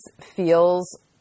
feels